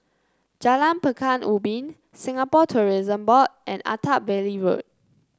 Jalan Pekan Ubin Singapore Tourism Board and Attap Valley Road